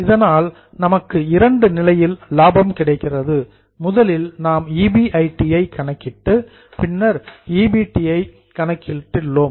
இதனால் நமக்கு இரண்டு நிலையில் லாபம் கிடைக்கிறது முதலில் நாம் ஈபிஐடி ஐ கணக்கிட்டு பின்னர் ஈபிடி ஐ கணக்கிட்டுள்ளோம்